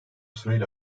süreyle